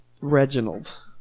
Reginald